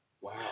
Wow